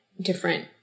different